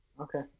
Okay